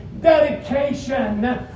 dedication